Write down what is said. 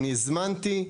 אני הזמנתי,